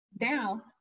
Now